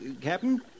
Captain